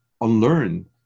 unlearn